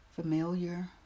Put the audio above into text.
familiar